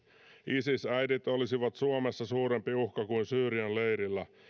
isis äidit olisivat suomessa suurempi uhka kuin syyrian leirillä